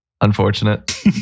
Unfortunate